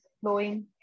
flowing